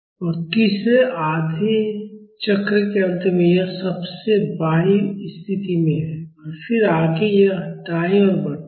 At t t 3Tn2 तो तीसरे आधे चक्र के अंत में यह सबसे बायीं स्थिति में है और फिर आगे यह दाईं ओर बढ़ता है